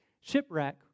shipwreck